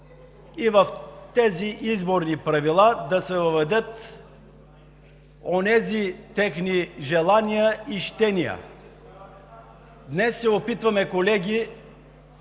и в тези изборни правила да се въведат онези техни желания и щения. Колеги, днес се опитваме с